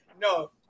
No